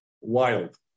wild